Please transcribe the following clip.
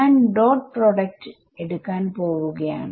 ഞാൻ ഡോട്ട് പ്രോഡക്റ്റ്എടുക്കാൻ പോവുകയാണ്